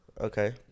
Okay